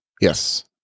Yes